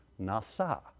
nasa